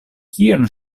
kion